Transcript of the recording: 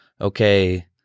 okay